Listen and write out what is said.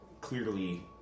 clearly